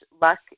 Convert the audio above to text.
luck